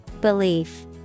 Belief